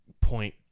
point